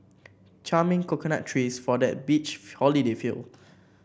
charming coconut trees for that beach holiday feel